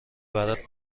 برات